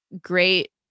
great